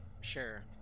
Sure